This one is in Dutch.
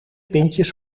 pintjes